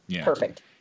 Perfect